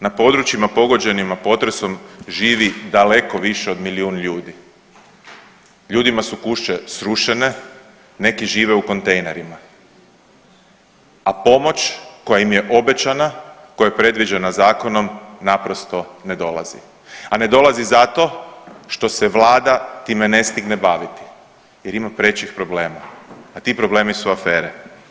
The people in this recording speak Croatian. Na područjima pogođenima potresom živi daleko više od milijun ljudi, ljudima su kuće srušene, neki žive u kontejnerima, a pomoć koja im je obećanja koja je predviđena zakonom naprosto ne dolazi, a ne dolazi zato što se vlada time ne stigne baviti jer ima prečih problema, a ti problemi su afere.